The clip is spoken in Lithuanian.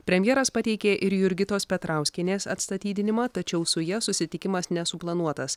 premjeras pateikė ir jurgitos petrauskienės atstatydinimą tačiau su ja susitikimas nesuplanuotas